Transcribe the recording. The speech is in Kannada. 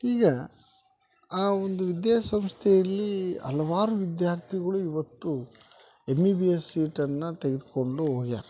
ಈಗ ಆ ಒಂದು ವಿದ್ಯಾ ಸಂಸ್ಥೆಯಲ್ಲಿ ಹಲವಾರು ವಿದ್ಯಾರ್ಥಿಗಳು ಇವತ್ತು ಎಮ್ ಬಿ ಬಿ ಎಸ್ ಸೀಟನ್ನು ತೆಗೆದುಕೊಂಡು ಹೋಗ್ಯಾರ